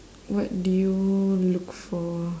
what do you look for